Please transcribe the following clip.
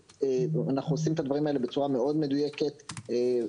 אנחנו עושים את הדברים האלה בצורה מאוד מדויקת ומקצועית.